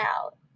out